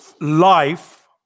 life